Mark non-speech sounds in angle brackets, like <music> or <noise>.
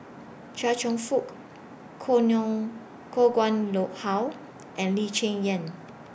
Chia Cheong Fook Koh <unintelligible> Koh Nguang Low How and Lee Cheng Yan